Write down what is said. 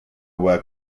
were